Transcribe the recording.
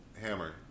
Hammer